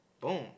boom